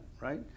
right